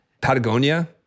Patagonia